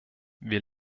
wir